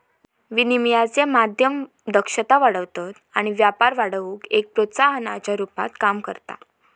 विनिमयाचे माध्यम दक्षता वाढवतत आणि व्यापार वाढवुक एक प्रोत्साहनाच्या रुपात काम करता